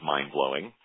mind-blowing